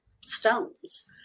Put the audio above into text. stones